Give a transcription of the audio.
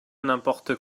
n’importe